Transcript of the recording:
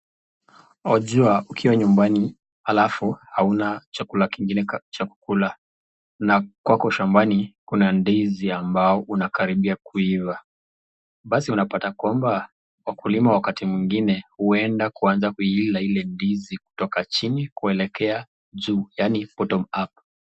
Wajua, ukiwa nyumbani halafu hauna chakula kingine cha kukula na kwako shambani kuna ndizi ambao unakaribia kuiva, basi unapata kwamba wakulima wakati mwingine huenda kuanza kuila ile ndizi kutoka chini kuelekea juu, yaani bottom up .